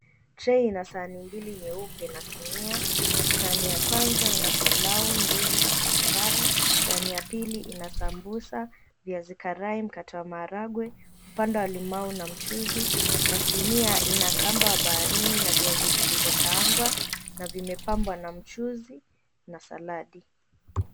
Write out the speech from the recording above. Chai ina sahani mbili nyeupe na sinia. Sahani ya kwanza ina pilau, ndizi na kachumbari. Sahani ya pili ina sambusa, viazi karai, mkate wa maharagwe, upande wa limau na mchuzi na sinia ina kamba wa baharini na viazi vilivyokaangwa na vimepambwa na mchuzi na saladi.